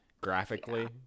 graphically